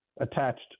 attached